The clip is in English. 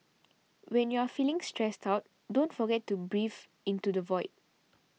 when you are feeling stressed out don't forget to breathe into the void